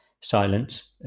silence